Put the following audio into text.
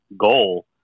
goal